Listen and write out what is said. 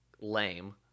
lame